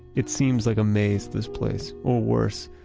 it seems like a maze, this place. or worse,